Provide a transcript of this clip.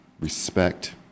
respect